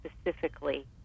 specifically